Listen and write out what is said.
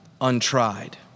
untried